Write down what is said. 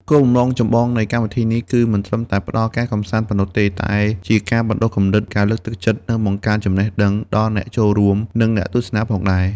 គោលបំណងចម្បងនៃកម្មវិធីនេះ គឺមិនត្រឹមតែផ្ដល់ការកម្សាន្តប៉ុណ្ណោះទេ តែជាការបណ្ដុះគំនិត ការលើកទឹកចិត្ត និងបង្កើនចំណេះដឹងដល់អ្នកចូលរួម និងអ្នកទស្សនាផងដែរ។